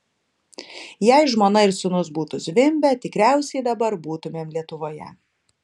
jei žmona ir sūnus būtų zvimbę tikriausiai dabar būtumėm lietuvoje